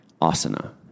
asana